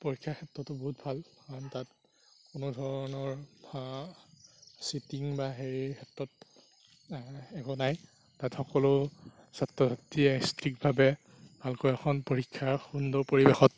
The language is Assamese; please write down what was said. পৰীক্ষাৰ ক্ষেত্ৰতো বহুত ভাল কাৰণ তাত কোনোধৰণৰ চিটিং বা হেৰিৰ ক্ষেত্ৰত একো নাই তাত সকলো ছাত্ৰ ছাত্ৰীয়ে ষ্ট্ৰিক্টভাৱে ভালকৈ এখন পৰীক্ষা সুন্দৰ পৰিৱেশত